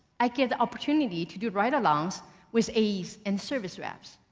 i get the opportunity to do ride-alongs with aides and service reps.